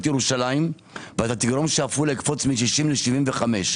תציל את ירושלים ותגרום שעפולה יקפוץ מ-60 ל-75,